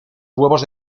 huevos